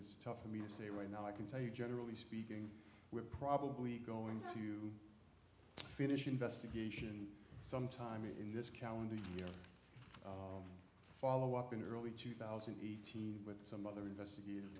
it's tough for me to say right now i can tell you generally speaking we're probably going to finish investigation sometime in this calendar year follow up in early two thousand and eighteen with some other investigati